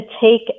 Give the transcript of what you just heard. take